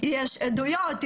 יש עדויות,